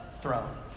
throne